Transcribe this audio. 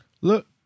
Look